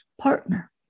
partner